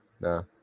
No